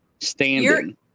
standing